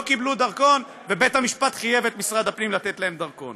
קיבלו דרכון ובית-המשפט חייב את משרד הפנים לתת להם דרכון,